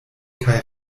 kaj